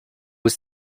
ist